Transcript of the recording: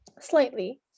slightly